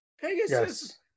Pegasus